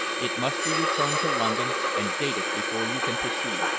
it must be returned to london and dated before you can proceed.